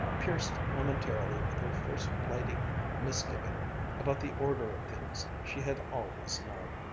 pierced momentarily with her first blighting misgiving about the order of things she had always known.